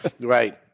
Right